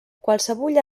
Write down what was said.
qualsevulla